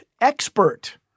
expert